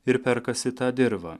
ir perkasi tą dirvą